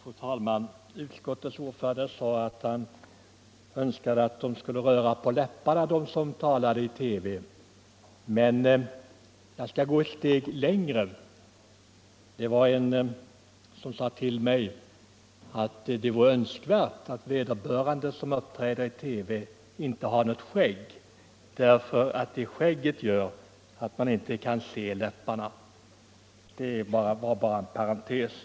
Fru talman! Utskottets ordförande sade att han önskade att de som talade i TV skulle röra på läpparna. Jag skall gå ett steg längre. Någon sade till mig att det vore önskvärt att de som uppträder i TV inte hade skägg, därför att skägget gör att man inte kan se läpparna. Detta bara nämnt inom parentes.